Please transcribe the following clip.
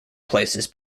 places